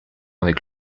avec